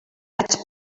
vaig